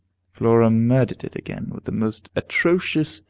flora murdered it again, with the most atrocious,